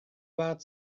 about